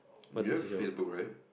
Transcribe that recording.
you have Facebook right